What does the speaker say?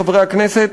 חברי הכנסת,